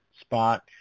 spot